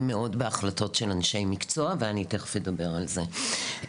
מאוד בהחלטות של אנשי מקצוע ואני תיכף אדבר על זה.